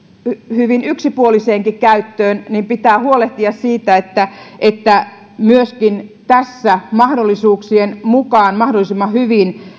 hyvin yksipuoliseenkin käyttöön niin pitää huolehtia siitä että että myöskin tässä mahdollisuuksien mukaan mahdollisimman hyvin